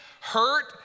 hurt